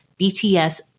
BTS